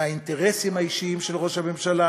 מהאינטרסים האישיים של ראש הממשלה,